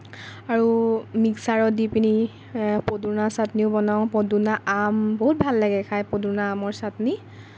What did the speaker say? আৰু মিক্সাৰত দি পিনি পদুনা চাটনিও বনাওঁ পদুনা আম বহুত ভাল লাগে খাই পদুনা আমৰ চাটনি